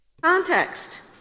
Context